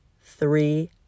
three